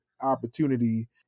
opportunity